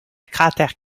cratère